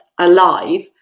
alive